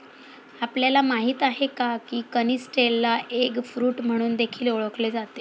आपल्याला माहित आहे का? की कनिस्टेलला एग फ्रूट म्हणून देखील ओळखले जाते